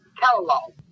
catalog